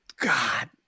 God